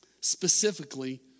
specifically